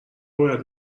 باید